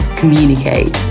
communicate